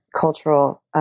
cultural